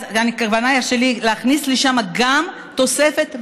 הכוונה שלי היא להכניס לשם גם תוספת ותק,